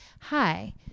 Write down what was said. hi